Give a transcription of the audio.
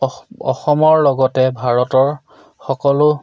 অসমৰ লগতে ভাৰতৰ সকলো